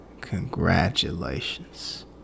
Congratulations